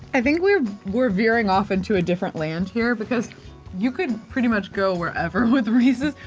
i think we're we're veering off into a different land here because you could pretty much go where ever with reese's.